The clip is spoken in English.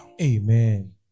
Amen